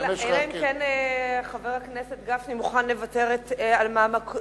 אלא אם כן חבר הכנסת גפני מוכן לוותר על מעמדו